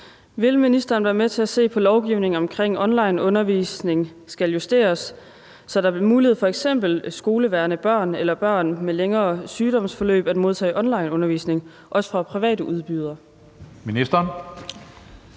Vil ministeren være med til at se på, om lovgivningen vedrørende onlineundervisning skal justeres, så det bliver muligt for f.eks. skolevægrende børn eller børn med længere sygdomsforløb at modtage onlineundervisning, også fra private udbydere? Skriftlig